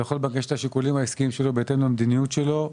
ולכל בנק יש את השיקולים העסקיים שלו בהתאם למדיניות שלו.